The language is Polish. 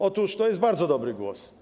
Otóż to jest bardzo dobry głos.